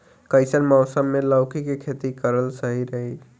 कइसन मौसम मे लौकी के खेती करल सही रही?